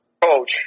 coach